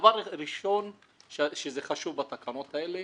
דבר ראשון חשוב בתקנות האלה,